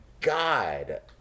God